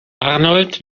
arnold